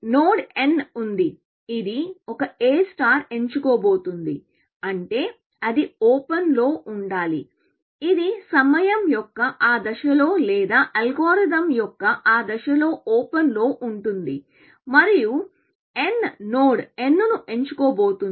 node n ఉంది ఇది ఒక A ఎంచుకోబోతోంది అంటే అది ఓపెన్ లో ఉండాలి ఇది సమయం యొక్క ఆ దశలో లేదా అల్గోరిథం యొక్క ఆ దశలో ఓపెన్ లో ఉంటుంది మరియు n నోడ్ n ను ఎంచుకోబోతోంది